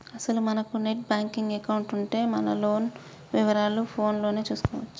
అసలు మనకు net banking account ఉంటే మన లోన్ వివరాలు ఫోన్ లోనే చూసుకోవచ్చు